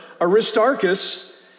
Aristarchus